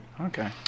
Okay